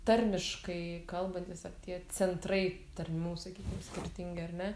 tarmiškai kalbantys ar tie centrai tarmių sakykim skirtingi ar ne